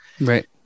Right